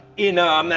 in, um ah.